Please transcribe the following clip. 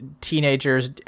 teenagers